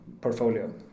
portfolio